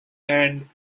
and